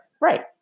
right